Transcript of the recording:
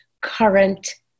current